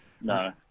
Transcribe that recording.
No